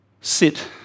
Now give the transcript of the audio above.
sit